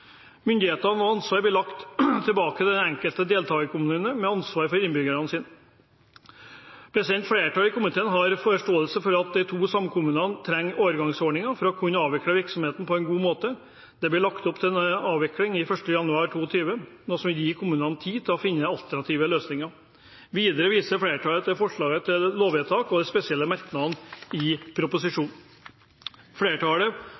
den enkelte deltakerkommunen med ansvar for innbyggerne sine. Flertallet i komiteen har forståelse for at de to samkommunene trenger overgangsordninger for å kunne avvikle virksomheten på en god måte. Det blir lagt opp til en avvikling 1. januar 2020, noe som vil gi kommunene tid til å finne alternative løsninger. Videre viser flertallet til forslaget til lovvedtak og de spesielle merknadene i